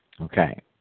Okay